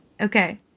Okay